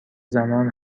زنان